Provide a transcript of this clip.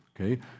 Okay